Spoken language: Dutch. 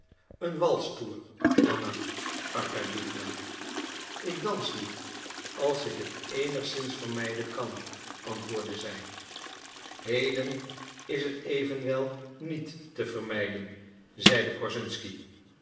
een walstoer anna arkadiewna ik dans niet als ik het eenigszins vermijden kan antwoordde zij heden is het evenwel niet te vermijden zeide korszunsky